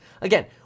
Again